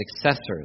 successors